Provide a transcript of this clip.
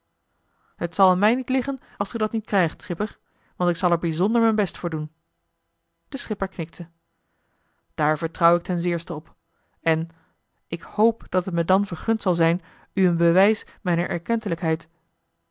het zal aan mij niet liggen als ge dat niet krijgt schipper want ik zal er bijzonder mijn best voor doen de schipper knikte daar vertrouw ik ten zeerste op en ik hoop dat het me dan vergund zal zijn u een bewijs mijner